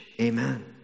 Amen